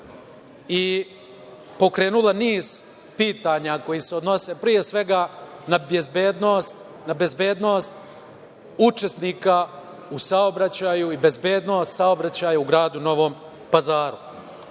i pokrenula niz pitanja koja se odnose, pre svega, na bezbednost učesnika u saobraćaju i bezbednost saobraćaja u gradu Novom